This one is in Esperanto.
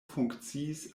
funkciis